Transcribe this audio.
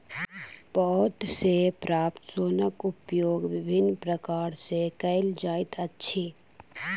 पात सॅ प्राप्त सोनक उपयोग विभिन्न प्रकार सॅ कयल जाइत अछि